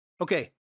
Okay